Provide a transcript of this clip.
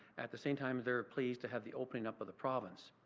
at the same time, they are pleased to have the opening up of the province.